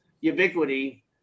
ubiquity